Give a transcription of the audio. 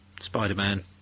Spider-Man